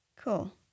Cool